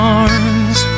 arms